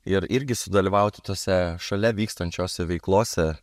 ir irgi sudalyvauti tose šalia vykstančiose veiklose